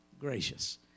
gracious